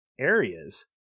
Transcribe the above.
areas